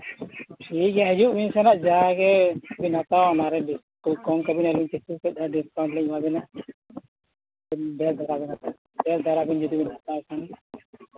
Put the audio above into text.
ᱦᱮᱸ ᱴᱷᱤᱠ ᱜᱮᱭᱟ ᱦᱤᱡᱩᱜ ᱵᱤᱱ ᱥᱮ ᱦᱟᱸᱜ ᱡᱟᱜᱮ ᱦᱟᱛᱟᱣᱟ ᱠᱚᱢ ᱠᱟᱵᱮ ᱱᱟᱞᱤᱧ ᱰᱤᱥᱠᱟᱣᱩᱱᱴ ᱞᱤᱧ ᱮᱢᱟ ᱵᱤᱱᱟ ᱰᱷᱮᱹᱨ ᱫᱷᱟᱟ ᱰᱷᱮᱹᱨ ᱫᱷᱟᱨᱟ ᱡᱩᱫᱤ ᱵᱮᱱ ᱦᱟᱛᱟᱣ ᱠᱷᱟᱱ ᱫᱚ